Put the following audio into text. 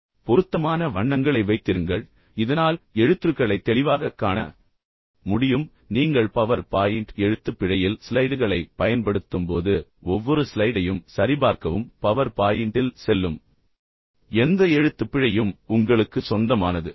எனவே பொருத்தமான வண்ணங்களை வைத்திருங்கள் இதனால் அவை எழுத்துருக்களை தெளிவாகக் காண முடியும் மேலும் நீங்கள் பவர் பாயிண்ட் எழுத்துப்பிழையில் ஸ்லைடுகளைப் பயன்படுத்தும்போது ஒவ்வொரு ஸ்லைடையும் சரிபார்க்கவும் பவர் பாயிண்டில் செல்லும் எந்த எழுத்துப்பிழையும் உங்களுக்குச் சொந்தமானது